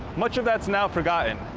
much of that's now forgotten,